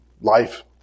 Life